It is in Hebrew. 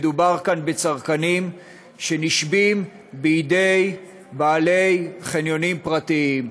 מדובר כאן בצרכנים שנשבים בידי בעלי חניונים פרטיים.